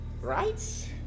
Right